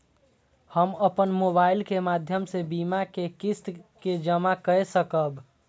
हम अपन मोबाइल के माध्यम से बीमा के किस्त के जमा कै सकब?